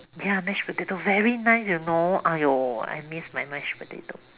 ya mash potato very nice you know !aiyo! I miss my mash potato